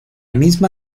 misma